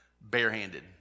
barehanded